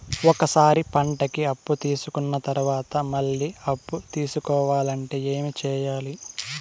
ఒక సారి పంటకి అప్పు తీసుకున్న తర్వాత మళ్ళీ అప్పు తీసుకోవాలంటే ఏమి చేయాలి?